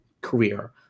career